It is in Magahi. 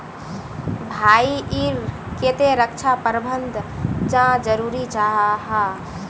भाई ईर केते रक्षा प्रबंधन चाँ जरूरी जाहा?